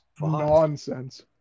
nonsense